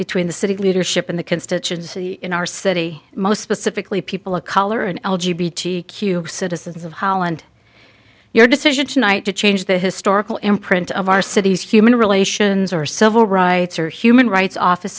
between the city leadership and the constituency in our city most specifically people of color in l g b t q citizens of holland your decision tonight to change the historical imprint of our city's human relations or civil rights or human rights office